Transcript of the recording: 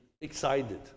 excited